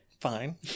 Fine